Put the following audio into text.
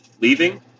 leaving